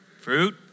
fruit